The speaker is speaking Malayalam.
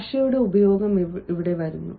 ഭാഷയുടെ ഉപയോഗം വരുന്നു